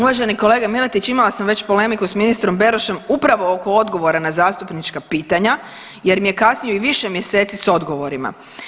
Uvaženi kolega Miletić imala sam već polemiku s ministrom Berošem upravo oko odgovora na zastupnička pitanja jer mi je kasnio i više mjeseci s odgovorima.